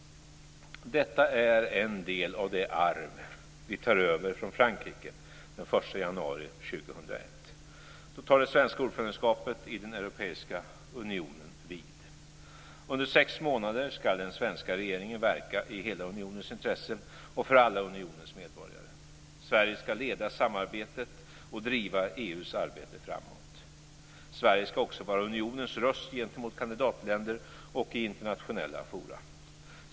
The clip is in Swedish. Detta är en del av det arv vi tar över från Frankrike den 1 januari 2001. Då tar det svenska ordförandeskapet i den europeiska unionen vid. Under sex månader ska den svenska regeringen verka i hela unionens intresse och för alla unionens medborgare. Sverige ska leda samarbetet och driva EU:s arbete framåt. Sverige ska också vara unionens röst gentemot kandidatländer och i internationella forum.